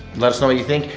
let us know what you think.